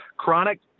Chronic